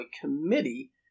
committee